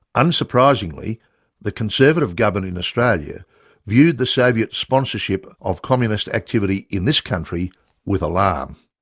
unsurprisingly the conservative government in australia viewed the soviet sponsorship of communist activity in this country with alarm.